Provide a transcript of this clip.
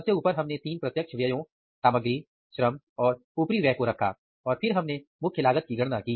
सबसे ऊपर हमने तीन प्रत्यक्ष व्ययों सामग्री श्रम और ऊपरी व्यय को रखा और फिर हमने मुख्य लागत की गणना की